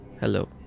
Hello